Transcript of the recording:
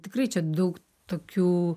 tikrai čia daug tokių